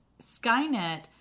Skynet